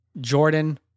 Jordan